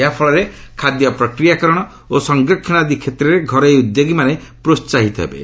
ଏହାଫଳରେ ଖାଦ୍ୟ ପ୍ରକ୍ରିୟାକରଣ ଓ ସଂରକ୍ଷଣ ଆଦି କ୍ଷେତ୍ରରେ ଘରୋଇ ଉଦ୍ୟୋଗୀମାନେ ପ୍ରୋସାହିତ ହେବେ